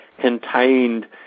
contained